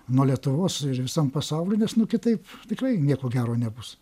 nuo lietuvos ir visam pasauliui nes nu kitaip tikrai nieko gero nebus